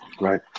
Right